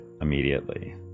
immediately